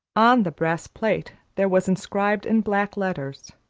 on the brass plate there was inscribed in black letters,